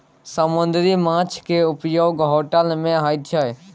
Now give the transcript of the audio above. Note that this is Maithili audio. समुन्दरी माछ केँ उपयोग होटल मे होइ छै